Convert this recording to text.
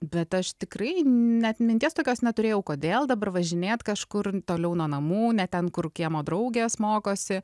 bet aš tikrai net minties tokios neturėjau kodėl dabar važinėt kažkur toliau nuo namų ne ten kur kiemo draugės mokosi